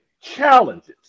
challenges